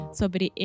sobre